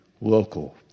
local